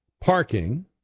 parking